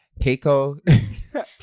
Keiko